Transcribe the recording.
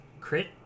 Crit